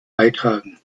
beitragen